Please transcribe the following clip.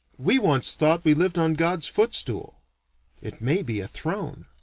we once thought we lived on god's footstool it may be a throne.